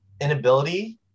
inability